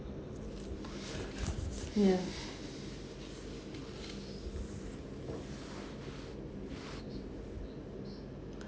ya